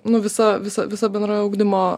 nu visa visa visa bendrojo ugdymo